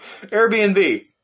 Airbnb